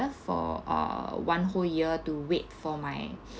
for uh one whole year to wait for my